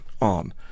on